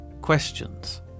questions